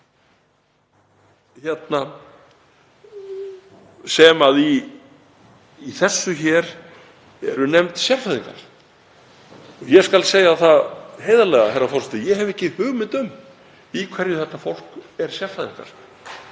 sem hér eru nefnd sérfræðingar. Ég skal segja það heiðarlega, herra forseti, að ég hef ekki hugmynd um í hverju þetta fólk er sérfræðingar.